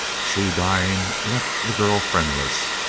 she dying, left the girl friendless.